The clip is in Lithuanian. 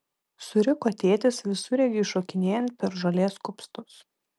suriko tėtis visureigiui šokinėjant per žolės kupstus